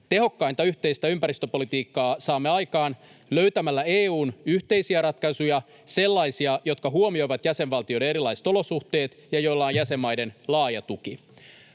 Tehokkainta yhteistä ympäristöpolitiikkaa saamme aikaan löytämällä EU:n yhteisiä ratkaisuja — sellaisia, jotka huomioivat jäsenvaltioiden erilaiset olosuhteet ja joilla on jäsenmaiden laaja tuki.